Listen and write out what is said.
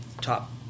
top